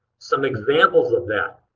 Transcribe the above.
some examples of that,